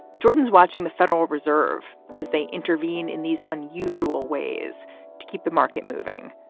jordan's watching the federal reserve as they intervene in these unusual ways to keep the market moving.